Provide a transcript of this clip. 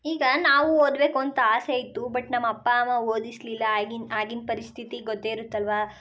ಈಗ ನಾವು ಓದಬೇಕು ಅಂತ ಆಸೆ ಇತ್ತು ಬಟ್ ನಮ್ಮ ಅಪ್ಪ ಅಮ್ಮ ಓದಿಸಲಿಲ್ಲ ಆಗಿನ ಆಗಿನ ಪರಿಸ್ಥಿತಿ ಗೊತ್ತೇ ಇರುತ್ತಲ್ಲವಾ